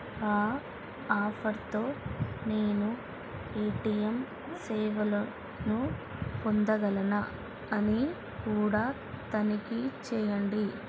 ఆ ఆఫర్తో నేను ఏ టీ ఎమ్ సేవలను పొందగలనా అని కూడా తనిఖీ చేయండి